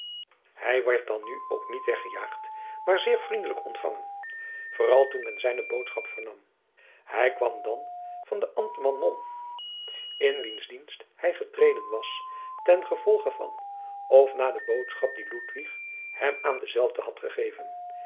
hij werd dan nu ook niet weggejaagd maar zeer vriendelijk ontfangen vooral toen men zijne boodschap vernam hij kwam dan van den ambtman mom in wiens dienst hij getreden was ten gevolge van of na de boodschap die ludwig hem aan denzelven had gegeven